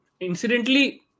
incidentally